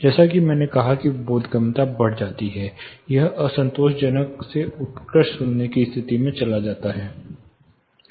जैसा कि मैंने कहा कि बोधगम्यता बढ़ जाती है यह असंतोषजनक से उत्कृष्ट सुनने की स्थिति में चला जाता है